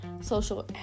social